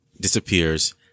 disappears